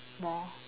more